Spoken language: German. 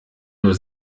nur